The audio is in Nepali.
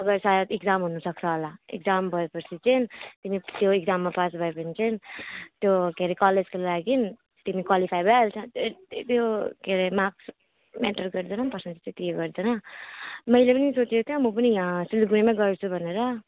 तब सायद एक्जाम हुनसक्छ होला एक्जाम भएपछि चाहिँ तिमी त्यो एक्जाममा पास भए भने चाहिँ त्यो के अरे कलेजको लागि तिमी क्वालिफाई भइहाल्छ अन्त त्यो के अरे त्यो मार्क्स म्याटर गर्दैन नि त पर्सेन्टेज त्यति यो गर्दैन मैले पनि सोचेको थिएँ त म पनि यहाँ सिलगढीमा गर्छु भनेर